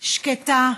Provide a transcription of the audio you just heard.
שקטה,